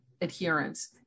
adherence